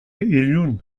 ilun